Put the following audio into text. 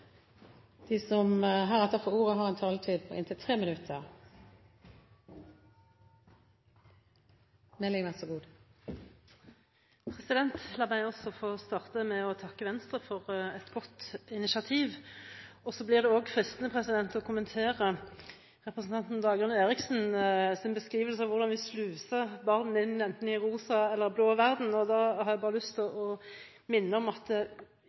De talere som heretter får ordet, har en taletid på inntil 3 minutter. La meg også få starte med å takke Venstre for et godt initiativ. Så ble det også fristende å kommentere representanten Dagrun Eriksens beskrivelse av hvordan vi sluser barn inn enten i en rosa eller blå verden. Da har jeg bare lyst til å minne om at